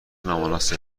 نامناسب